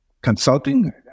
consulting